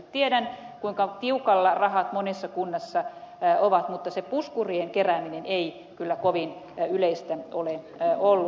tiedän kuinka tiukalla rahat monessa kunnassa ovat mutta se puskurien kerääminen ei kyllä kovin yleistä ole ollut